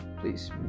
please